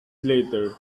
later